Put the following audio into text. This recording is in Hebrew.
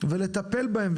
ולטפל בהם,